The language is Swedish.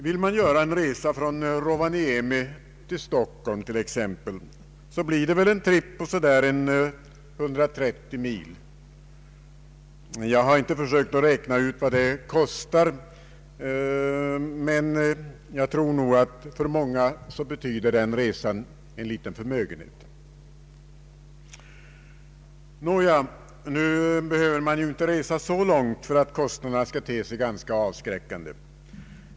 Vill man göra en resa från Rovaniemi till Stockholm exempelvis, blir det väl en tripp på omkring 130 mil. Jag har inte försökt räkna ut vad det kostar, men jag tror att en sådan resa för många betyder en liten förmögenhet. Nåja, nu behöver man ju inte resa så långt för att kostnaderna skall te sig ganska avskräckande.